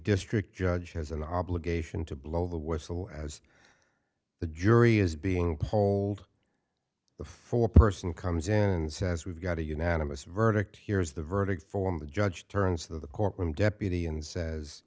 district judge has an obligation to blow the whistle as the jury is being polled before a person comes in and says we've got a unanimous verdict here is the verdict form the judge turns to the courtroom deputy and says